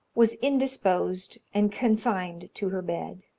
was indisposed and confined to her bed.